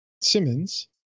Simmons